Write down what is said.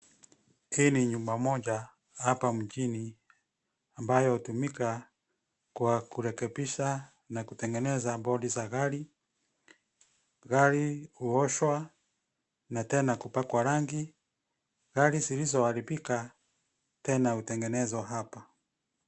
Hii ni nyumba moja hapa mjini ambayo hutumika kwa kurekebisha na kutengenezwa bodi za gari. Gari huoshwa na tena kupakwa rangi. Gari zilizoharibika tena hutegenezwa hapa.